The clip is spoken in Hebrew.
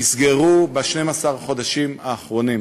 נסגרו ב-12 החודשים האחרונים.